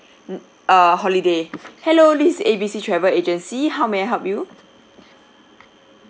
mm err holiday hello this is A B C travel agency how may I help you